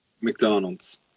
McDonald's